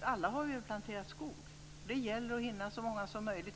Alla har vi väl planterat skog. Det gäller att hinna så många som möjligt.